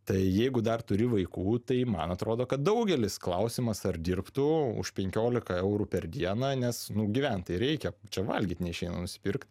tai jeigu dar turi vaikų tai man atrodo kad daugelis klausimas ar dirbtų už penkiolika eurų per dieną nes nu gyven tai reikia o čia valgyti neišeina nusipirkt